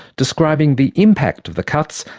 describing the impact of the cuts,